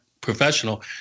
professional